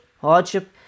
hardship